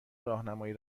راهنمایی